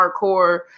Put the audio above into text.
hardcore